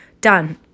Done